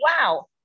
wow